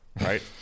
right